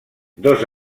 dos